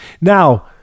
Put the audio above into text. Now